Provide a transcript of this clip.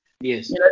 Yes